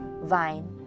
vine